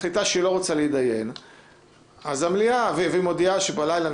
מחליטה שהיא לא רוצה להידיין והיא מודיעה שבלילה,